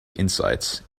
insights